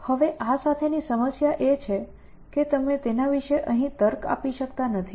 હવે આ સાથેની સમસ્યા એ છે કે તમે તેના વિશે અહીં તર્ક આપી શકતા નથી